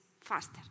faster